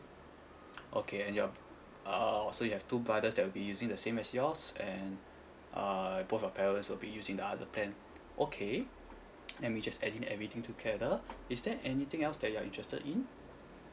okay and you're uh also you have two brothers that will be using the same as yours and uh both your parents will be using the other plan okay let me just add in everything together is there anything else that you're interested in